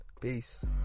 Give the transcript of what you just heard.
Peace